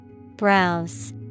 Browse